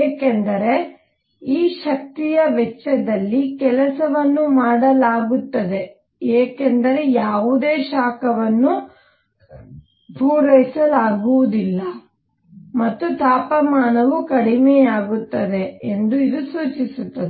ಏಕೆಂದರೆ ಈ ಶಕ್ತಿಯ ವೆಚ್ಚದಲ್ಲಿ ಕೆಲಸವನ್ನು ಮಾಡಲಾಗುತ್ತದೆ ಏಕೆಂದರೆ ಯಾವುದೇ ಶಾಖವನ್ನು ಪೂರೈಸಲಾಗುವುದಿಲ್ಲ ಮತ್ತು ತಾಪಮಾನವು ಕಡಿಮೆಯಾಗುತ್ತದೆ ಎಂದು ಇದು ಸೂಚಿಸುತ್ತದೆ